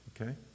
okay